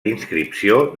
inscripció